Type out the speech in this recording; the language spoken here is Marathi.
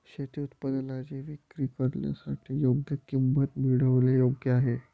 शेती उत्पादनांची विक्री करण्यासाठी योग्य किंमत मिळवणे योग्य आहे